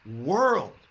world